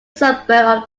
suburb